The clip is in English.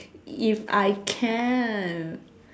if I can't